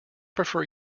prefer